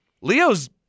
Leo's